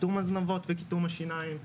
בקיטום הזנבות וקיטום השיניים וכמובן,